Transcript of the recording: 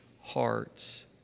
hearts